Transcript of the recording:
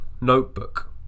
notebook